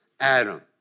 Adam